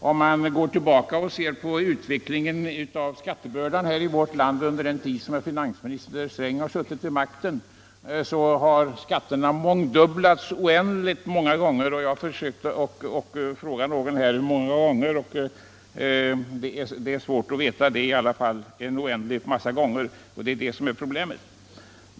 Om man går tillbaka och ser på utvecklingen av skattebördan i vårt land under den tid som finansminister Sträng suttit vid makten så finner man att skatterna har fördubblats oändligt många gånger. Jag har försökt höra mig för hur många gånger men det är svårt att få reda på det. Det är i alla fall som jag sade oändligt många gånger. Det är det som är problemet.